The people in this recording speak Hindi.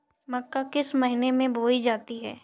मक्का किस महीने में बोई जाती है?